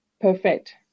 perfect